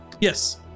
yes